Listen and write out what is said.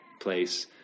place